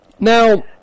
Now